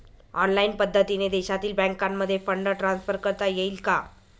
Online पद्धतीने देशातील बँकांमध्ये फंड ट्रान्सफर करता येईल का?